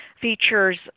features